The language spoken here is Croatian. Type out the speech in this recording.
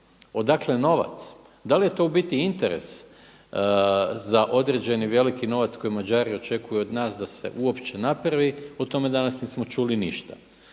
odakle novac, da li je to u biti interes za određeni veliki novac koji Mađari očekuju od nas da se uopće napravi, o tome danas nismo čuli ništa.